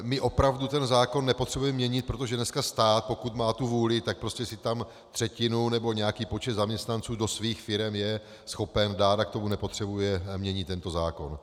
My opravdu ten zákon nepotřebujeme měnit, protože dneska stát, pokud má tu vůli, tak prostě tam třetinu nebo nějaký počet zaměstnanců do svých firem je schopen dát a k tomu nepotřebuje měnit tento zákon.